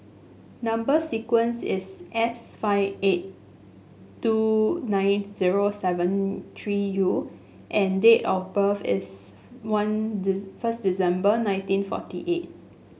number sequence is S five eight two nine zero seven three U and date of birth is one first December nineteen forty eight